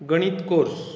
गणित कोर्स